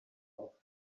off